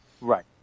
right